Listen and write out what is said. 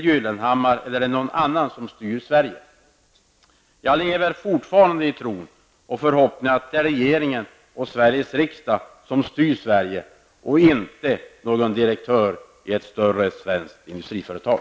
Gyllenhammar eller någon annan som styr Sverige? Jag lever fortfarande i tron och förhoppningen att det är regeringen och Sveriges riksdag som styr Sverige och inte någon direktör i ett större svenskt industriföretag.